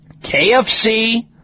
KFC